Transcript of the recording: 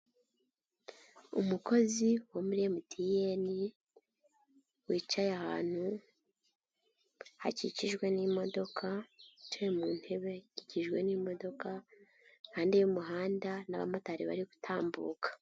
Umukozi wo muri MTN, wicaye ahantu hakikijwe n'imodoka, wicaye mu ntebe ikikijwe n'imodo, impande y'umuhanda n'abamotari bari gutambuka.